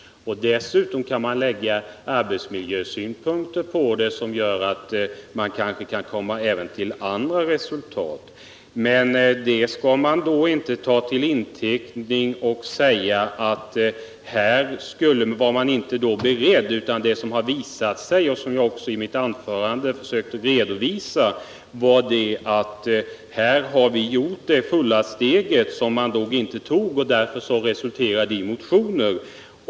Dessutom kan man lägga arbetsmiljösynpunkter på frågan, vilket gör att man kanske kan komma till annat resultat än regeringspropositionens förslag. Vi 151 har här velat ta det fulla steget, vilket regeringen inte har gjort. Därför resulterade det i motioner.